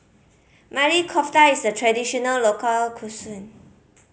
Maili Kofta is a traditional local